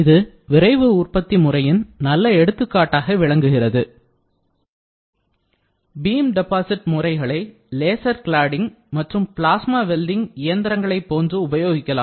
இது விரைவு உற்பத்தி முறையின் நல்ல எடுத்துக்காட்டாக விளங்குகிறது பலவகைகளில் பீம் டெபாசிட் முறைகளை லேசர் கிளாடிங் மற்றும் பிளாஸ்மா வெல்டிங் இயந்திரங்களை போன்று உபயோகிக்கலாம்